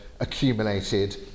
accumulated